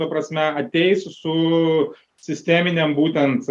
ta prasme ateis su sisteminėm būtent